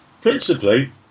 principally